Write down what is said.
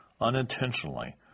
unintentionally